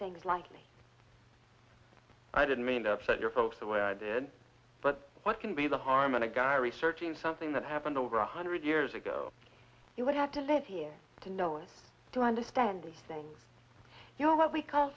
things like me i didn't mean to upset your folks the way i did but what can be the harm in a guy researching something that happened over one hundred years ago you would have to live here to know it to understand the saying you know what we call